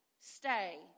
stay